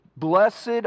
Blessed